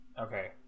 Okay